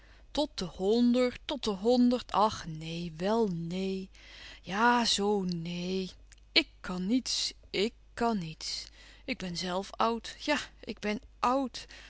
tot de honderd tot de honderd ach neen wel neen ja zoo neen ik kan niets ik kan niets ik ben zelf oud ja ik ben oud